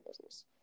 business